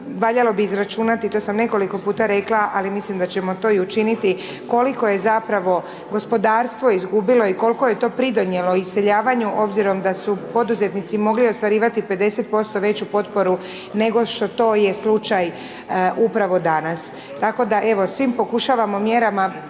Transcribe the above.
valjalo bi izračunati, to sam nekoliko puta rekla, ali mislim da ćemo i učiniti koliko je zapravo gospodarstvo izgubilo i koliko je to pridonijelo iseljavanju obzirom da su poduzetnici mogli ostvarivati 50% veću potporu nego što to je slučaj upravo danas. Tako da evo, svim pokušavamo mjerama